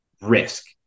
risk